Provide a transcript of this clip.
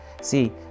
See